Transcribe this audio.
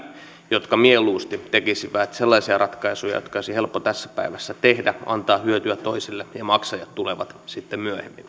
jotka mieluusti tekisivät sellaisia ratkaisuja jotka olisi helppo tässä päivässä tehdä antaa hyötyä toisille ja maksajat tulevat sitten